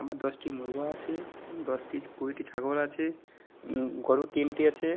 আমার দশটি মুরগি আছে দশটি কুড়িটি ছাগল আছে গরু তিনটি আছে